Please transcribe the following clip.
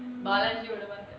bala பார்த்தேன்:parthaen